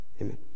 Amen